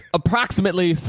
approximately